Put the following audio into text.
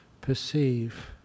perceive